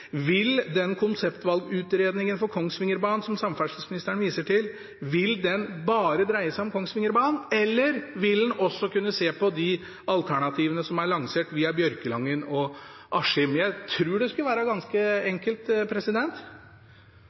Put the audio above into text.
Vil den konseptvalgutredningen for Kongsvingerbanen som samferdselsministeren viser til, bare dreie seg om Kongsvingerbanen, eller vil en også kunne se på de alternativene som er lansert via Bjørkelangen og Askim? Jeg tror det skulle være ganske enkelt.